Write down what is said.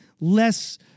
less